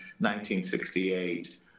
1968